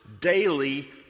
daily